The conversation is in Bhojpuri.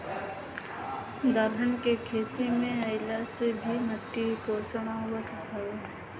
दलहन के खेती कईला से भी माटी में पोषण आवत हवे